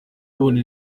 ubona